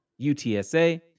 UTSA